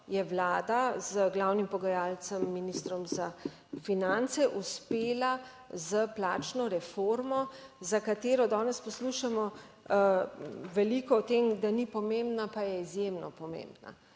je Vlada z glavnim pogajalcem, ministrom za finance uspela s plačno reformo, za katero danes poslušamo veliko o tem, da ni pomembna, pa je izjemno pomembna.